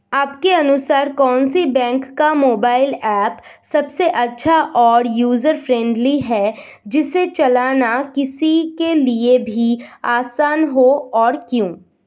आपके अनुसार कौन से बैंक का मोबाइल ऐप सबसे अच्छा और यूजर फ्रेंडली है जिसे चलाना किसी के लिए भी आसान हो और क्यों?